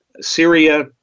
Syria